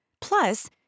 Plus